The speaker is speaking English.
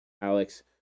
Alex